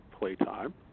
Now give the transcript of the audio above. playtime